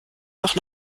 noch